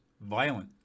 violent